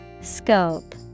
Scope